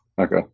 Okay